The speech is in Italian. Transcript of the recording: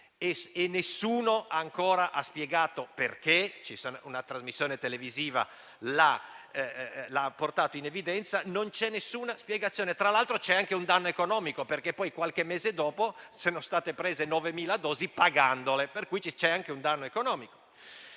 e nessuno ancora ha spiegato perché? Una trasmissione televisiva l'ha portato in evidenza: non c'è alcuna spiegazione. Tra l'altro, c'è anche un danno economico, perché poi, qualche mese dopo, sono state prese 9.000 dosi pagandole. Con tutte queste barriere, ci